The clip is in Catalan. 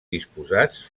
disposats